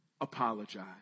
Apologize